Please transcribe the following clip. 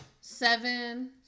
Seven